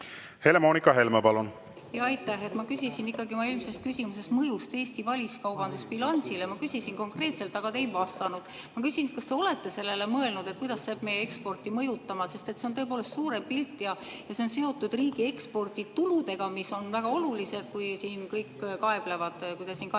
Helle-Moonika Helme, palun! Aitäh! Ma küsisin oma eelmises küsimuses mõju kohta Eesti väliskaubandusbilansile. Ma küsisin konkreetselt, aga te ei vastanud. Ma küsin, kas te olete sellele mõelnud, kuidas see hakkab meie eksporti mõjutama, sest see on tõepoolest suurem pilt ja see on seotud riigi ekspordituludega, mis on väga olulised, kui siin kõik kaeblevad või teie siin kaeblete,